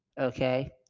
Okay